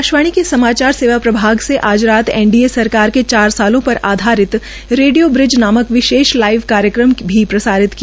आकाशवाणी के समाचार सेवा प्रभाग आज रात एनडीए सरकार के चार सालों पर आधारित रेडियो ब्रिज नामक विशेष लाइव कार्यक्रम भी प्रसारित किया